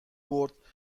برد